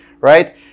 right